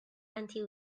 until